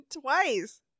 twice